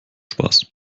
spaß